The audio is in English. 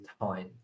time